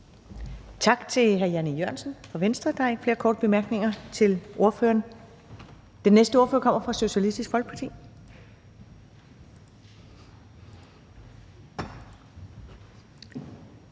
Tak til hr. Jan E. Jørgensen fra Venstre. Der er ikke flere korte bemærkninger til ordføreren. Den næste ordfører kommer fra Socialistisk Folkeparti,